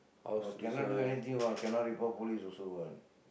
no cannot do anything what cannot report police also what